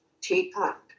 teapot